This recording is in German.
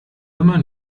immer